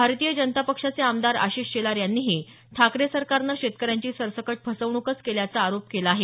भारतीय जनता पक्षाचे आमदार आशिष शेलार यांनीही ठाकरे सरकारनं शेतकऱ्यांची सरसकट फसवणूकच केल्याचा आरोप केला आहे